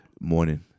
morning